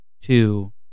two